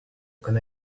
can